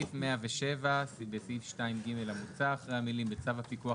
בסעיף 107 בסעיף 2(ג) המוצע אחרי המילים "בצו הפיקוח